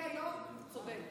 --- אדוני היו"ר צודק.